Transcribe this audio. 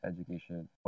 Education